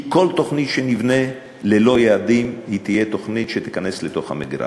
כל תוכנית שנבנה ללא יעדים תהיה תוכנית שתיכנס לתוך המגירה.